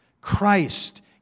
Christ